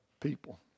people